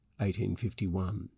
1851